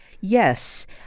Yes